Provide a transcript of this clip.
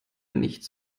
nichts